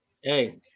Hey